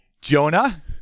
Jonah